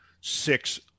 six